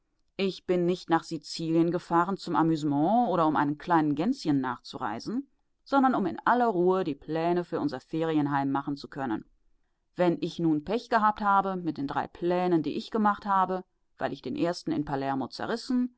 ich bin nicht nach sizilien gefahren zum amüsement oder um einem kleinen gänschen nachzureisen sondern um in aller ruhe die pläne für unser ferienheim machen zu können wenn ich nun pech gehabt habe mit den drei plänen die ich gemacht habe weil ich den ersten in palermo zerrissen